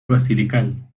basilical